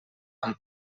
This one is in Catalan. amb